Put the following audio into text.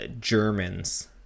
Germans